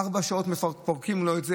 ארבע שעות פורקים לו את זה,